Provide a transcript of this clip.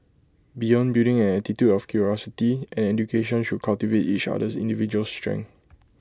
beyond building an attitude of curiosity an education should cultivate each other's individual's strengths